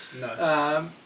no